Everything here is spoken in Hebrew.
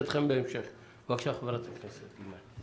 בבקשה, חברת הכנסת אימאן.